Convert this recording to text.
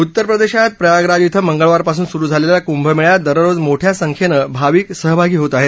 उत्तर प्रदेशात प्रयागराज इथं मंगळवारपासून सुरू झालेल्या कुंभ मेळ्यात दररोज मोठ्या संख्येनं भाविक सहभागी होत आहेत